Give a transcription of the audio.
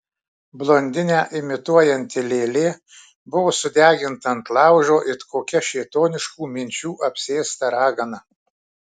blondinę imituojanti lėlė buvo sudeginta ant laužo it kokia šėtoniškų minčių apsėsta ragana